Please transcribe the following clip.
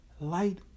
light